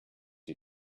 you